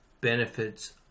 benefits